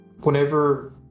whenever